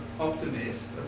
Optimist